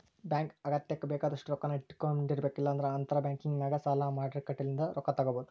bank ಅಗತ್ಯಕ್ಕ ಬೇಕಾದಷ್ಟು ರೊಕ್ಕನ್ನ ಇಟ್ಟಕೊಂಡಿರಬೇಕು, ಇಲ್ಲಂದ್ರ ಅಂತರಬ್ಯಾಂಕ್ನಗ ಸಾಲ ಮಾರುಕಟ್ಟೆಲಿಂದ ರೊಕ್ಕ ತಗಬೊದು